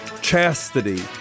chastity